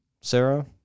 Sarah